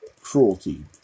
cruelty